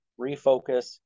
refocus